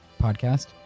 podcast